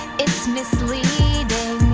it's misleading,